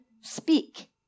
speak